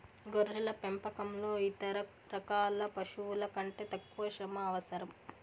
గొర్రెల పెంపకంలో ఇతర రకాల పశువుల కంటే తక్కువ శ్రమ అవసరం